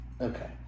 okay